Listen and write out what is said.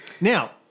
Now